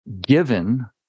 given